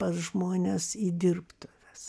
pas žmones į dirbtuves